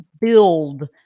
build